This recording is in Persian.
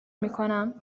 میکنم